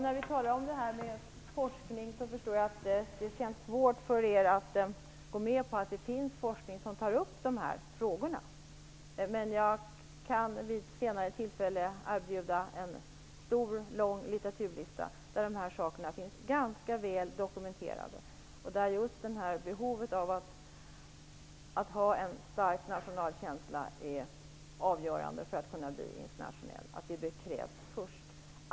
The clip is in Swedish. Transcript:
Fru talman! Jag förstår att det känns svårt för er att gå med på att det finns forskning som tar upp de här frågorna. Men jag kan vid något senare tillfälle erbjuda en lång litteraturlista, som visar att de här sakerna är väl dokumenterade. Det gäller just att det först krävs en stark nationalkänsla för att man skall kunna bli internationell.